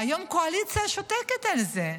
היום הקואליציה שותקת על זה.